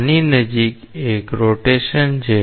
આની નજીક એક પરિભ્રમણ છે